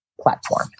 platform